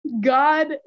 God